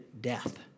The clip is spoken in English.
death